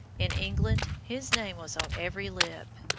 in england his name was on every lip,